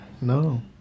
No